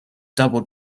double